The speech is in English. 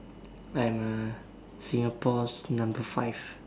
I'm a Singapore's number five